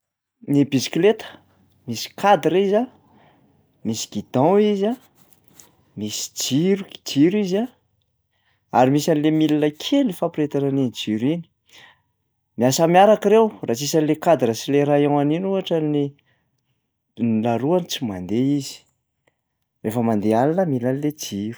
Ny bisikleta: misy cadre izy a, misy guidon izy a, misy jir- jiro izy a, ary misy an'le milina kely fampirehetana an'iny jiro iny. Miasa miaraka ireo raha tsisy an'le cadre kely sy le rayon-any iny ohatra ny laroany tsy mandeha izy, rehefa mandeha alina mila an'le jiro.